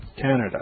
Canada